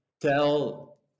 tell